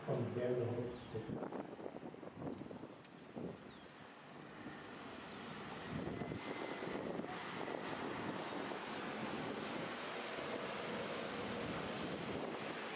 kwaad derde hoofdstuk